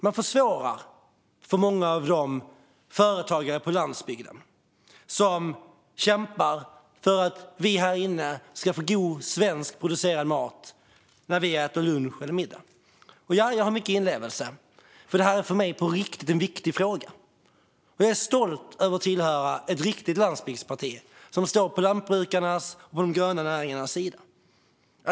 Man försvårar för många av de företagare på landsbygden som kämpar för att vi härinne ska få god svenskproducerad mat när vi äter lunch eller middag. Jag har mycket inlevelse. Det här är för mig på riktigt en viktig fråga. Jag är stolt över att tillhöra ett riktigt landsbygdsparti som står på lantbrukarnas och de gröna näringarnas sida.